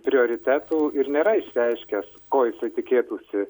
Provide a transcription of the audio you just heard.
prioritetų ir nėra išreiškęs ko jisai tikėtųsi